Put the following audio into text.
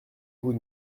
vous